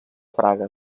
praga